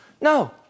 No